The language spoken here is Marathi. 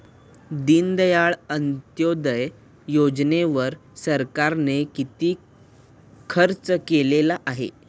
दीनदयाळ अंत्योदय योजनेवर सरकारने किती खर्च केलेला आहे?